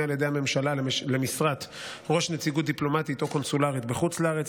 על ידי הממשלה למשרת ראש נציגות דיפלומטית או קונסולרית בחוץ לארץ,